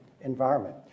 environment